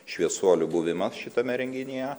šviesuolių buvimas šitame renginyje